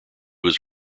was